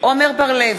עמר בר-לב,